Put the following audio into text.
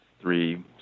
three